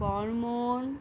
Barman